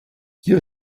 hier